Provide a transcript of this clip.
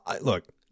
look